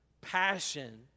passion